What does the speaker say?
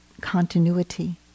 continuity